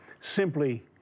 Simply